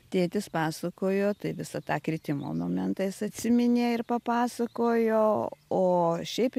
tėtis pasakojo tai visą tą kritimo momentą jis atsiminė ir papasakojo o šiaip